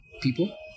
people